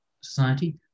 society